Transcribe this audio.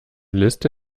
liste